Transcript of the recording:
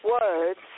words